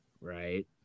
right